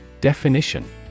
Definition